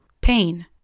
pain